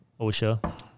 OSHA